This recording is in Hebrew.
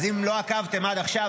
אז אם לא עקבתן עד עכשיו,